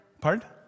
pardon